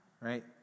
right